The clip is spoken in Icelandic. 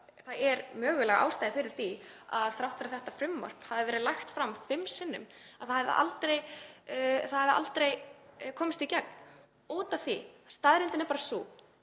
Það er mögulega ástæða fyrir því að þrátt fyrir að þetta frumvarp hafi verið lagt fram fimm sinnum hafi það aldrei komist í gegn af því að staðreyndin er bara sú